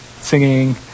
singing